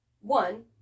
one